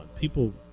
people